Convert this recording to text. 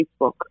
Facebook